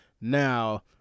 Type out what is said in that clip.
now